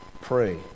pray